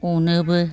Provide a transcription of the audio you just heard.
अनोबो